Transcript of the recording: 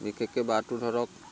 বিশেষকৈ বাঁহটো ধৰক